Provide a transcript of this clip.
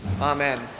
Amen